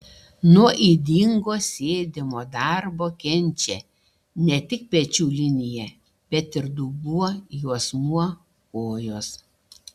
nuo ydingo sėdimo darbo kenčia ne tik pečių linija bet ir dubuo juosmuo kojos